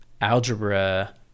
algebra